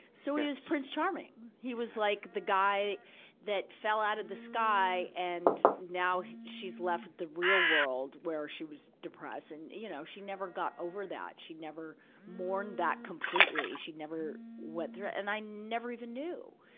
so, he was prince charming. he was, like, the guy that fell out of the sky, and now she's left with the real world, where she was depressed and, you know, she never got over that she never mourned that completely. she'd never went through it and i never even knew.